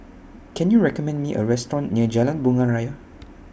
Can YOU recommend Me A Restaurant near Jalan Bunga Raya